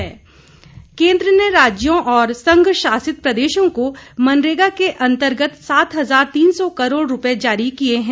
मनरेगा केन्द्र ने राज्यों और संघशासित प्रदेशों को मनरेगा के अंतर्गत सात हजार तीन सौ करोड़ रुपये जारी किए हैं